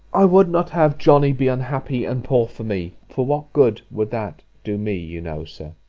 i would not have johnny be unhappy and poor for me for what good would that do me, you know, sir!